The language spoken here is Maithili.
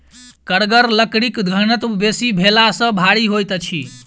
कड़गर लकड़ीक घनत्व बेसी भेला सॅ भारी होइत अछि